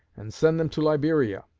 and send them to liberia